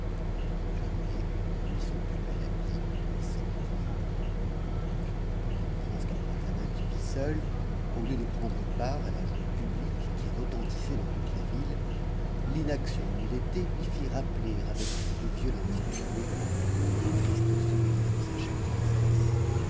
le jardinier mit son plus bel habit et sortit quand le prince camaralzaman se vit seul au lieu de prends p la joie publique qui retentissait dans toute la ville l'inaction ou si lui fit rappeler avec plus de violence que jamais le triste souven de s t p